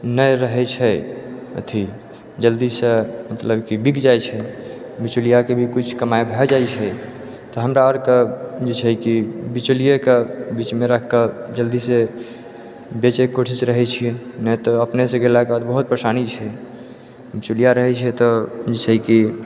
नहि रहै छै अथी जल्दीसँ मतलब कि बिक जाइ छै बिचौलियाके भी किछु कमाइ भऽ जाइ छै तऽ हमरा आओरके जे छै कि बिचौलिएके बीचमे रखिकऽ जल्दीसँ बेचैके कोशिश रहै छिए नहि तऽ अपनेसँ गेलाके बाद बहुत परेशानी छै बिचौलिया रहै छै तऽ जे छै कि